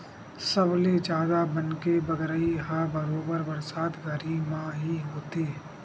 सबले जादा बन के बगरई ह बरोबर बरसात घरी म ही होथे